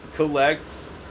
Collects